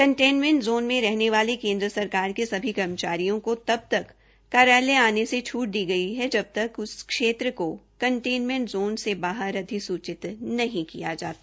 containment zone मे रहने वाले केन्द्र सरकार के सभी कर्मचारियों को तब तक कार्यालय आने से छूट दी गई है जब तक इस क्षेंत्र को कंटेनमेंट ज़ोन से बाहर अधिस्चित नहीं किया जाता